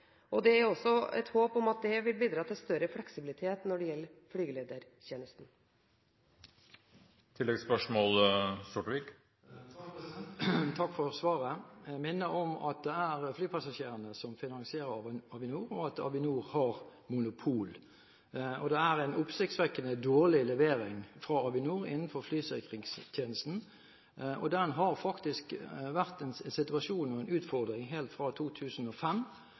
Det er et håp at det vil bidra til større fleksibilitet når det gjelder flygeledertjenesten. Takk for svaret. Jeg minner om at det er flypassasjerene som finansierer Avinor, og at Avinor har monopol. Det er en oppsiktsvekkende dårlig levering fra Avinor innenfor flysikringstjenesten, og det har faktisk vært en utfordring helt siden 2005. Den rød-grønne regjeringen har ikke løst problemet, men lovet å løse det. Staten eier Avinor, og